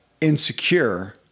insecure